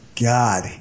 God